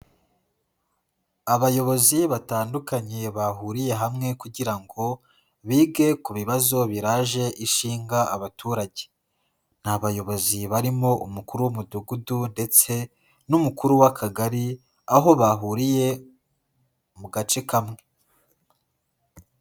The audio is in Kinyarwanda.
Abayobozi batandukanye bahuriye hamwe kugira ngo bige ku bibazo biraje ishinga abaturage, ni abayobozi barimo umukuru w'umudugudu ndetse n'umukuru w'akagari, aho bahuriye mu gace kamwe.